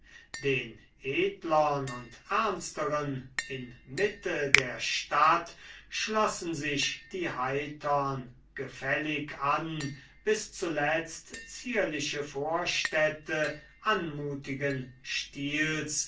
den edlern und ernsteren in mitte der stadt schlossen sich die heitern gefällig an bis zuletzt zierliche vorstädte anmutigen stils